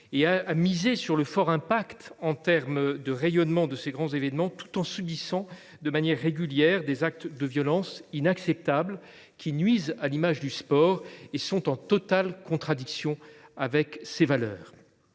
et à miser sur le fort impact en termes de rayonnement de ces grands événements, tout en subissant de manière régulière des actes de violence inacceptables, qui nuisent à l’image du sport et sont en totale contradiction avec ses valeurs.